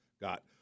got